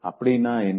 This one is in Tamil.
அப்டினா என்ன